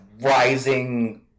rising